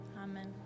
amen